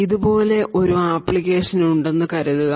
ഇതുപോലെ ഒരു ആപ്ലിക്കേഷൻ ഉണ്ടെന്ന് കരുതുക